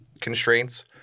constraints